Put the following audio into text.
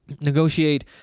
Negotiate